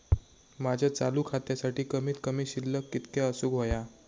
माझ्या चालू खात्यासाठी कमित कमी शिल्लक कितक्या असूक होया?